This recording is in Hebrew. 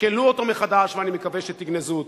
תשקלו אותו מחדש, ואני מקווה שתגנזו אותו.